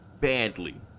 badly